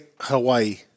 Hawaii